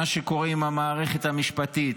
מה שקורה עם המערכת המשפטית,